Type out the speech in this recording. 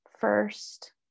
first